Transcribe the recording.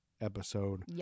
episode